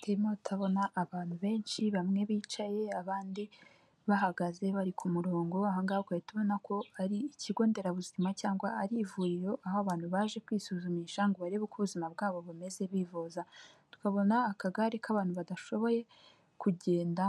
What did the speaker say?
Turimo turabona abantu benshi bamwe bicaye abandi bahagaze bari ku murongo aha ngaha ugahita ubona ko ari ikigo nderabuzima cyangwa ari ivuriro aho abantu baje kwisuzumisha ngo barebe uko ubuzima bwabo bumeze bivuza, tukabona akagare k'abantu badashoboye kugenda